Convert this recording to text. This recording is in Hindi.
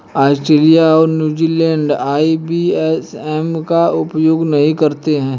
ऑस्ट्रेलिया और न्यूज़ीलैंड आई.बी.ए.एन का उपयोग नहीं करते हैं